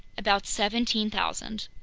about seventeen thousand.